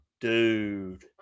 dude